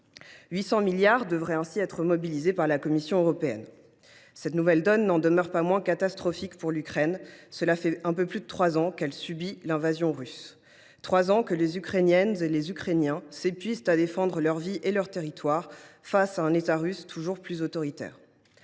800 milliards d’euros qui devraient ainsi être mobilisés par la Commission européenne. Cette nouvelle donne n’en demeure pas moins catastrophique pour l’Ukraine. Cela fait un peu plus de trois ans que ce pays subit l’invasion russe, trois ans que les Ukrainiennes et les Ukrainiens s’épuisent à défendre leurs vies et leur territoire, face à un État russe toujours plus autoritaire.